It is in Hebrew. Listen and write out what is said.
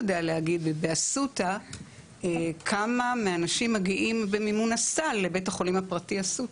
יוכל להגיד כמה אנשים מגיעים במימון הסל לבית החולים הפרטי אסותא.